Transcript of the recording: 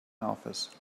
office